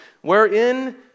Wherein